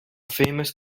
famous